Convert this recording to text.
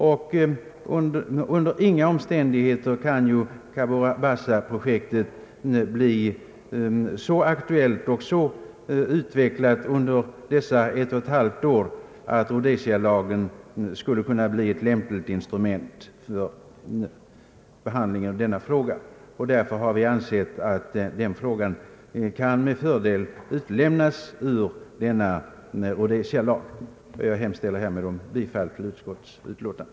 Under inga omständigheter kan Cabora Bassa-projektet bli så utvecklat under denna tid av ett och ett halvt år att Rhodesia-lagen skulle kunna bli ett lämpligt instrument för åtgär der i denna fråga. Därför har vi ansett att den frågan med fördel kunde utelämnas ur debatten om den provisoriska Rhodesia-lagen. Jag hemställer, herr talman, om bifall till utskottets utlåtande.